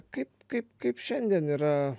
kaip kaip kaip šiandien yra